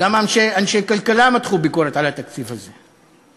גם אנשי כלכלה מתחו ביקורת על התקציב הזה.